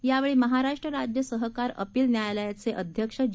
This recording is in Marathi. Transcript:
यावेळी महाराष्ट्र राज्य सहकार अपील न्यायालयाचे अध्यक्ष जी